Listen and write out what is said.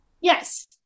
Yes